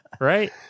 right